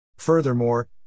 Furthermore